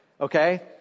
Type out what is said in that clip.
Okay